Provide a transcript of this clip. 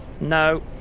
no